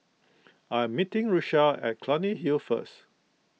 I am meeting Richelle at Clunny Hill first